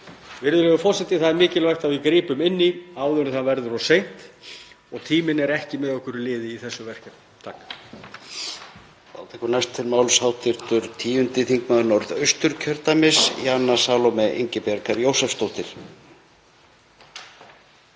Virðulegur forseti. Það er mikilvægt að við grípum inn í áður en það verður of seint og tíminn er ekki með okkur í liði í þessu verkefni.